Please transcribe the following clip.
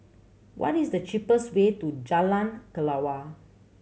what is the cheapest way to Jalan Kelawar